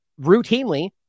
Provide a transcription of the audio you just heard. routinely